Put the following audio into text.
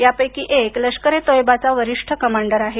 यापैकी एक लष्कर ए तोयबाचा वरिष्ठ कमांडर आहे